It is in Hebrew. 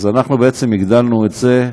אז אנחנו בעצם הגדלנו את זה,